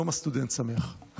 יום הסטודנט שמח.